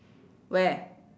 where